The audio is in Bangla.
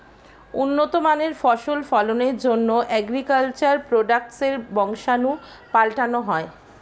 উন্নত মানের ফসল ফলনের জন্যে অ্যাগ্রিকালচার প্রোডাক্টসের বংশাণু পাল্টানো হয়